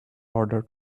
order